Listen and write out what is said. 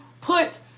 put